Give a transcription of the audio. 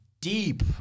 deep